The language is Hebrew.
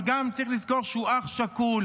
אבל גם צריך לזכור שהוא אח שכול.